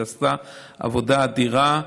שעשתה עבודה אדירה,